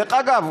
דרך אגב,